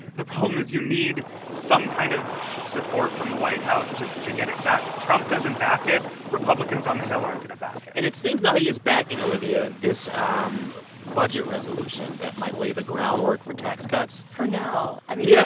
the problem is you need some kind of support from the white house to to get it done. if trump doesn't back it, republicans on the hill aren't going to back it and it seems now he is backing, olivia, this um budget resolution that might lay the groundwork for tax cuts for now yeah i mean, yeah